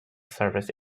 service